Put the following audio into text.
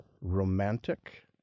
romantic